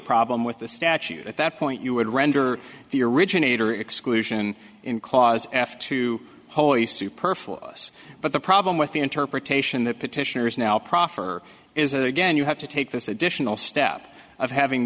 problem with the statute at that point you would render the originator exclusion in cause f two wholly superfluous but the problem with the interpretation that petitioners now proffer is that again you have to take this additional step of having